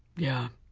yeah,